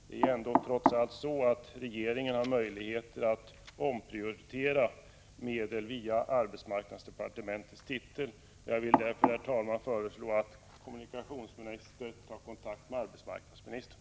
Regeringen har trots allt ändå möjlighet att omprioritera medel via arbetsmarknadsdepartementets titel. Jag vill därför, herr talman, föreslå att kommunikationsministern tar kontakt med arbetsmarknadsministern.